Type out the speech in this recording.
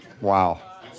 Wow